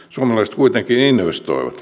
suomalaiset kuitenkin investoivat